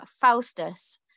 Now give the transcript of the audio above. Faustus